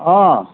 অঁ